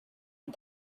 and